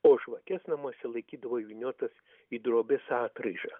o žvakes namuose laikydavo įvyniotas į drobės atraižą